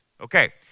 Okay